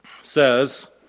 says